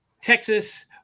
Texas